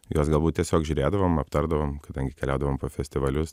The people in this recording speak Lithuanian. juos galbūt tiesiog žiūrėdavom aptardavom kadangi keliaudavom po festivalius